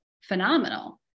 phenomenal